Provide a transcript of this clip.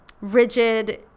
rigid